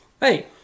Hey